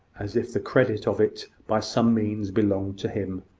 as if the credit of it by some means belonged to him,